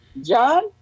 John